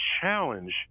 challenge